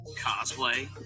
cosplay